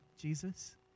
Jesus